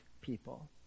people